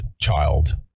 child